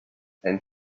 and